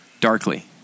darkly